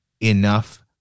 enough